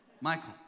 Michael